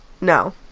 no